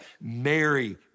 Mary